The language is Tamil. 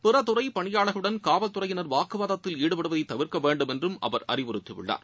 பிறத்துறை பணியாளர்களுடன் காவல்துறையினர் வாக்குவாதத்தில் ஈடுபடுவதை தவிர்க்க வேண்டும் என்றும் அவர் அறிவுறுத்தியுள்ளார்